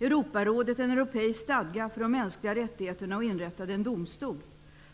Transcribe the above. Europarådet en europeisk stadga för de mänskliga rättigheterna samt inrättade en domstol.